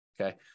okay